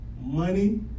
money